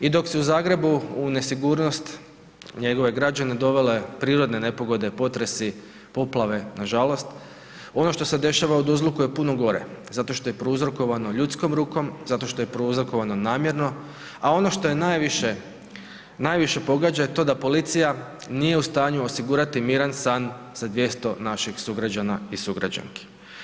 I dok su u Zagrebu u nesigurnost njegove građane dovele prirodne nepogode potresi, poplave nažalost, ono što se dešava u Duzluku je puno gore zato što je prouzrokovano ljudskom rukom, zato što je prouzrokovano namjerno, a ono što je najviše, najviše pogađa to da policija nije u stanju osigurati miran san za 200 naših sugrađana i sugrađanki.